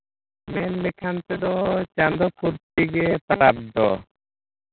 ᱢᱮᱱ ᱞᱮᱠᱷᱟᱱ ᱛᱮᱫᱚ ᱪᱟᱸᱫᱳ ᱯᱨᱚᱛᱮᱠ ᱜᱮ ᱯᱚᱨᱚᱵᱽ ᱫᱚ